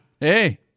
Hey